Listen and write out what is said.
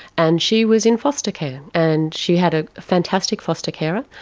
and she was in foster care. and she had a fantastic foster carer.